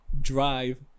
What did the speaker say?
drive